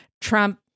Trump